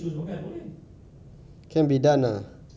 but their their proposal is it legit or not